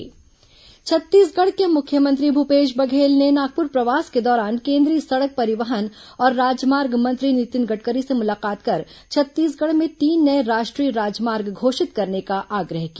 मुख्यमंत्री केंद्रीय मंत्री मुलाकात छत्तीसगढ़ के मुख्यमंत्री भूपेश बघेल ने नागपुर प्रवास के दौरान केंद्रीय सड़क परिवहन और राजमार्ग मंत्री नितिन गडकरी से मुलाकात कर छत्तीसगढ़ में तीन नये राष्ट्रीय राजमार्ग घोषित करने का आग्रह किया